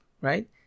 right